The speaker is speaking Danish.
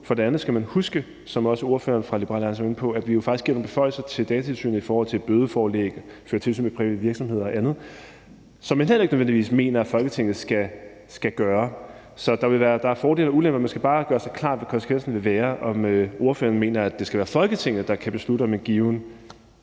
For det andet skal man huske, som også ordføreren for Liberal Alliance var inde på, at vi jo faktisk giver nogle beføjelser til Datatilsynet i forhold til bødeforelæg, at føre tilsyn med private virksomheder og andet, som man heller ikke nødvendigvis mener Folketinget skal gøre. Så der er fordele og ulemper. Man skal bare gøre sig klart, hvad konsekvensen vil være – om ordføreren mener, det skal være Folketinget, der kan beslutte, om en given